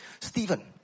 Stephen